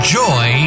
joy